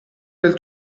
del